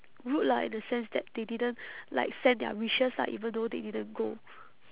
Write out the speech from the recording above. rude lah in the sense that they didn't like send their wishes lah even though they didn't go